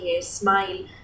smile